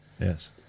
Yes